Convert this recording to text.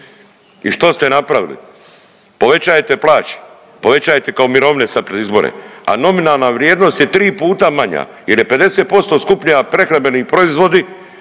I što ste joj napravili? Povećajete plaće, povećajete kao mirovine sad pred izbore, a nominalna vrijednost je tri puta manja jel je 50% skuplja prehrambeni proizvodi